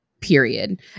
period